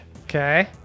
okay